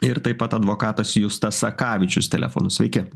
ir taip pat advokatas justas sakavičius telefonu sveiki